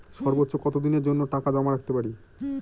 সর্বোচ্চ কত দিনের জন্য টাকা জমা রাখতে পারি?